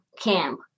camp